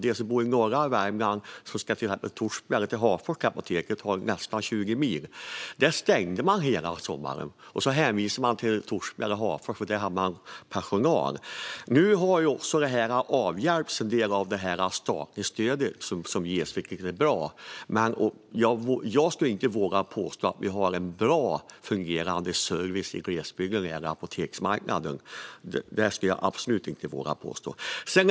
De som bor i norra Värmland har nästan 20 mil till apoteket i Hagfors. Apoteket i Likenäs stängde hela sommaren på grund av brist på personal, och man hänvisade till apoteken i Torsby eller Hagfors. Nu har det statliga stödet avhjälpt en del av problemet, vilket är bra. Men jag vågar absolut inte påstå att det finns en bra fungerande service på apoteksmarknaden i glesbygden.